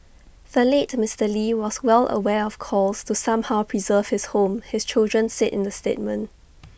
the late Mister lee was well aware of calls to somehow preserve his home his children said in the statement